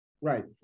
right